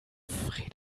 frederike